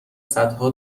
صدها